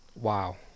Wow